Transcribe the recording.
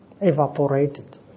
evaporated